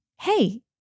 hey